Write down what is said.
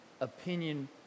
opinion